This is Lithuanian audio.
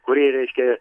kurį reiškia